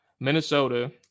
Minnesota